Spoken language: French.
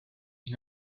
une